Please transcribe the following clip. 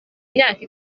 myaka